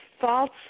False